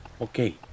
Okay